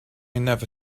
never